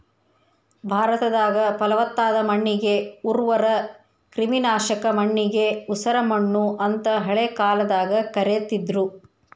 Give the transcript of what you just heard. ಭಾರತದಾಗ, ಪಲವತ್ತಾದ ಮಣ್ಣಿಗೆ ಉರ್ವರ, ಕ್ರಿಮಿನಾಶಕ ಮಣ್ಣಿಗೆ ಉಸರಮಣ್ಣು ಅಂತ ಹಳೆ ಕಾಲದಾಗ ಕರೇತಿದ್ರು